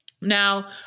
Now